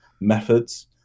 methods